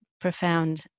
profound